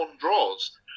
draws